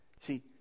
See